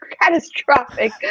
catastrophic